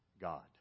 God